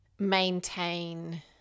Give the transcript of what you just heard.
maintain